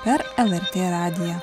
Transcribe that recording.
per lrt radiją